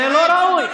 זה לא ראוי.